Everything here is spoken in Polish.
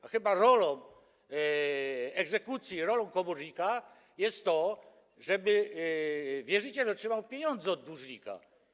No chyba rolą egzekucji i rolą komornika jest to, żeby wierzyciel otrzymał pieniądze od dłużnika.